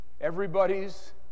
Everybody's